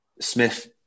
Smith